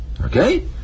Okay